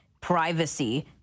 privacy